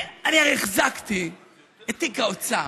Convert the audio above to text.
אני הרי החזקתי את תיק האוצר,